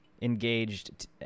engaged